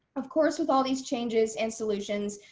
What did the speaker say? of course, with all these changes and solutions,